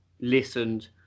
listened